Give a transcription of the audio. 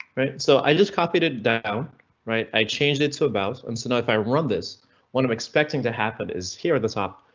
right, so i just copied it down right? i changed it so about and so if i run this one i'm expecting to happen is here at the top.